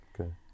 okay